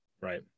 right